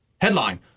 headline